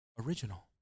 original